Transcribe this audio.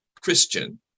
Christian